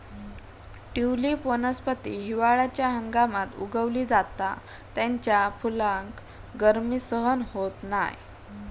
tulip वनस्पती हिवाळ्याच्या हंगामात उगवली जाता त्याच्या फुलाक गर्मी सहन होत नाय